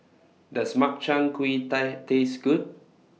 Does Makchang Gui Taste Good